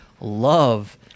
love